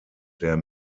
der